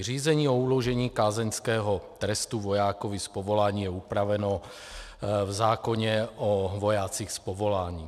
Řízení o uložení kázeňského trestu vojákovi z povolání je upraveno v zákoně o vojácích z povolání.